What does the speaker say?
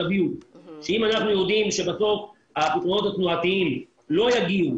אם אנחנו יודעים שבסוף הפתרונות התנועתיים לא יגיעו